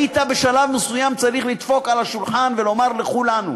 היית בשלב מסוים צריך לדפוק על השולחן ולומר לכולנו: